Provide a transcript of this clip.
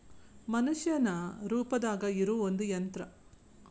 ಮನಷ್ಯಾನ ರೂಪದಾಗ ಇರು ಒಂದ ಯಂತ್ರ